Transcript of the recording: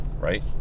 right